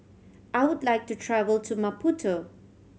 I would like to travel to Maputo